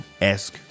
esque